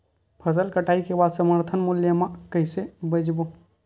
फसल कटाई के बाद समर्थन मूल्य मा कइसे बेचबो?